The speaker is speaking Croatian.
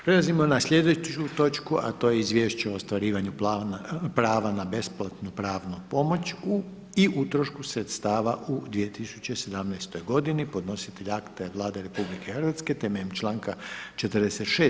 Prelazimo na slijedeću točku a to je: - Izvješće o ostvarivanju prava na besplatnu pravnu pomoć i utrošku sredstava u 2017. godini Podnositelj akta je Vlada RH temeljem članka 46.